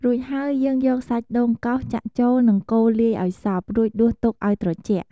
រួចហើយ យើងយកសាច់ដូងកោសចាក់ចូល និងកូរលាយឱ្យសព្វ រួចដួសទុកឱ្យត្រជាក់។